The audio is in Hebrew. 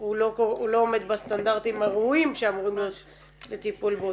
הוא לא עומד בסטנדרטים הראויים שאמורים להיות לטיפול באוטיזם.